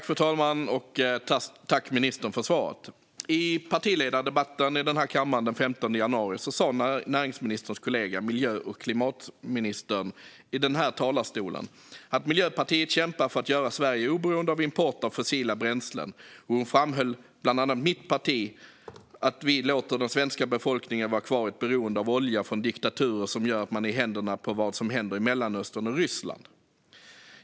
Fru talman! I partiledardebatten den 15 januari sade näringsministerns kollega, miljö och klimatministern, här i talarstolen "att Miljöpartiet kämpar för att göra Sverige oberoende av import av fossila bränslen". Hon framhöll sedan att mitt parti vill "låta den svenska befolkningen vara kvar i ett beroende av olja från diktaturer som gör att man är helt i händerna på vad som händer i Mellanöstern och i Ryssland".